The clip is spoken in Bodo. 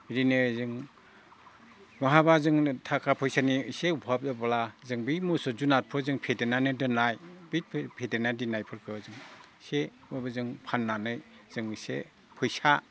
बिदिनो जों बहाबा जोंनो थाखा फैसानि एसे अभाब जाब्ला जों बै मोसौ जुनादफोरजों फेदेरनानै दोननाय बै फेदेरना दोननायफोरखौ जों एसेब्लाबो जों फाननानै जों एसे फैसा